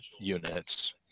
units